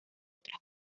otras